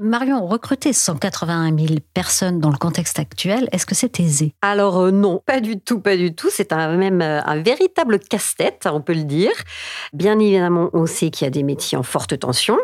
Marion, recruter 181 000 personnes dans le contexte actuel, est-ce que c'est aisé ? Alors, euh, non, pas du tout, pas du tout. C'est un- même, euh, un véritable casse-tête, on peut le dire. Bien évidemment, on sait qu'il y a des métiers en forte tension.